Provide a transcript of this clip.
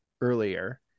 earlier